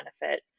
benefit